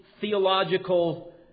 theological